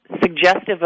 suggestive